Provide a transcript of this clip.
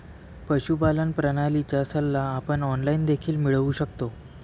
पशुपालन प्रणालीचा सल्ला आपण ऑनलाइन देखील मिळवू शकतो